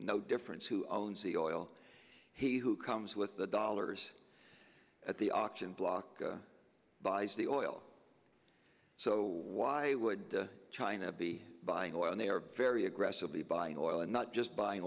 no difference who owns the oil he who comes with the dollars at the auction block buys the oil so why would the china be buying oil and they are very aggressively buying oil and not just buying